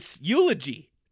eulogy